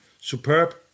superb